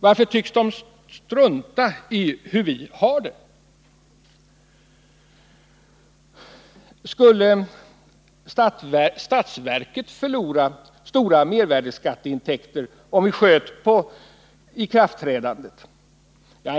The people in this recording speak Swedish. Varför tycks de strunta i hur vi har det? frågade hon. Skulle statsverket förlora stora mervärdeskatteintäkter om vi sköt på ikraftträdandet?